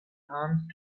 alms